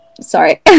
sorry